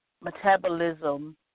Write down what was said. metabolism